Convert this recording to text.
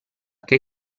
che